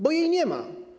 Bo jej nie ma.